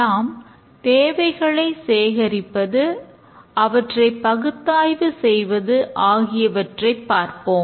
நாம் தேவைகளை சேகரிப்பது அவற்றை பகுத்தாய்வு செய்வது ஆகியவற்றைப் பார்ப்போம்